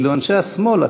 ואילו אנשי השמאל,